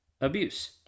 abuse